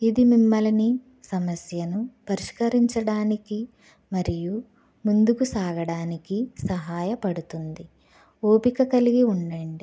ఇది మిమ్మల్ని సమస్యలను పరిష్కరించడానికి మరియు ముందుకు సాగడానికి సహాయ పడుతుంది ఓపిక కలిగి ఉండండి